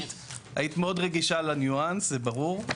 היית מאוד רגישה לניואנס, זה ברור,